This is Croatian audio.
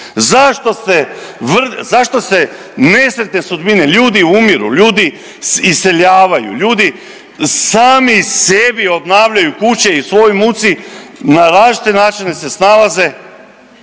zašto se nesretne sudbine, ljudi umiru, ljudi iseljavaju, ljudi sami sebi obnavljaju kuće i u svojoj muci na različite načine se snalaze,